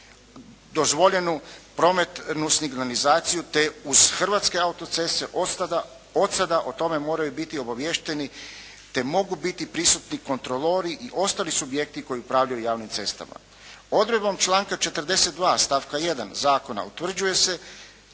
dozvoljenu prometnu signalizaciju te uz Hrvatske autoceste od sada o tome moraju biti obaviješteni te mogu biti prisutni kontrolori i ostali subjekti koji upravljaju javnim cestama. Odredbom članka 42. stavka 1. zakona utvrđuje se